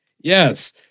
yes